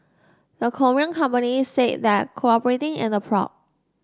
the Korean companies said that cooperating in the probe